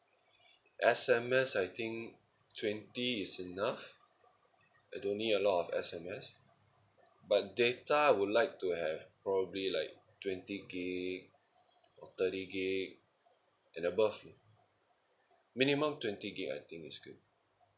S_M_S I think twenty is enough I don't need a lot of S_M_S but data I would like to have probably like twenty GIG or thirty GIG and above minimum twenty GIG I think is good